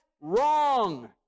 wrong